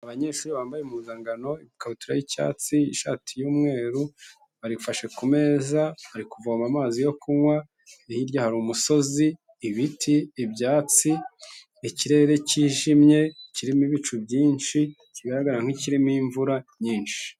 Abanyeshuri bambaye impuzangano, ikabutura y'icyatsi, ishati y'umweru, barifashe ku meza, bari kuvoma amazi yo kunywa, hirya hari umusozi, ibiti, ibyatsi, ikirere cyijimye kirimo ibicu byinshi, kigaragara nk'ikirimo imvura nyinshi.